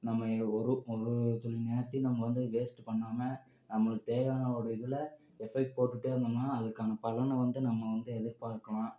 நம்ம ஒரு ஒரு சில நேரத்தில் நம்ம வந்து வேஸ்ட்டு பண்ணாமல் நம்மளுக்கு தேவையான ஒரு இதில் எஃபெக்ட் போட்டுட்டு இருந்தோம்னா அதுக்கான பலனை வந்து நம்ம வந்து எதிர்பார்க்கலாம்